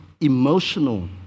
emotional